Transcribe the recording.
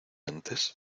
antes